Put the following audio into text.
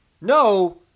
no